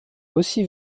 aussi